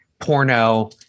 porno